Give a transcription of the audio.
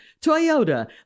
Toyota